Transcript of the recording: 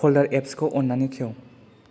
पलदार एप्सखौ अन्नानै खेव